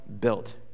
built